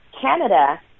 Canada